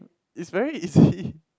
it's very easy